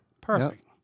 Perfect